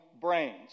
brains